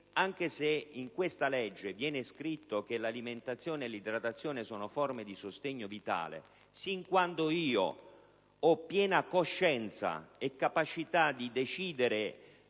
anche se in questa legge viene scritto che l'alimentazione e l'idratazione sono forme di sostegno vitale, sin quando io ho piena coscienza e capacità di decidere